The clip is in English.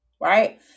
right